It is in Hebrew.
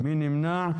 מי נמנע?